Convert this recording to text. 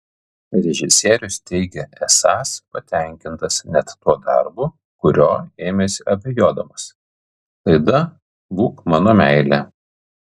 režisierius teigia esąs patenkintas net tuo darbu kurio ėmėsi abejodamas laida būk mano meile